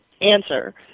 answer